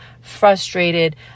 frustrated